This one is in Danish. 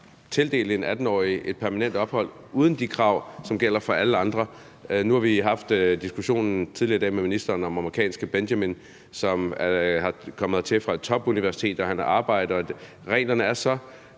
tildele en 18-årig permanent ophold uden de krav, som gælder for alle andre? Nu har vi haft diskussionen tidligere i dag med ministeren om amerikanske Benjamin, som er kommet hertil fra et topuniversitet, og han har arbejde, men reglerne er så